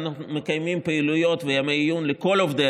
אנו מקיימים פעילויות וימי עיון לכל עובדי